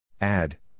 Add